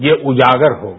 ये उजागर होगा